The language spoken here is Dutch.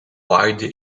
waaide